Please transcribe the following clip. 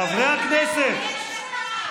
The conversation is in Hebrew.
חברי הכנסת,